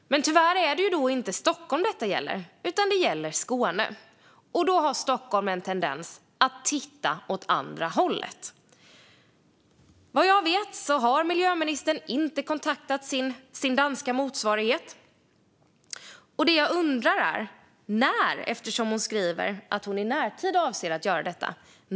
Men tyvärr är det inte Stockholm detta gäller utan Skåne. Och då har Stockholm en tendens att titta åt andra hållet. Vad jag vet har miljöministern inte kontaktat sin danska motsvarighet. Det jag undrar är när detta ska ske eftersom hon säger att hon i närtid ska göra detta.